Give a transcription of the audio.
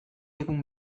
egun